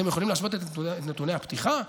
אתם יכולים להשוות את נתוני הפתיחה?